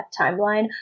timeline